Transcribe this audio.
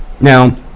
Now